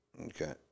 okay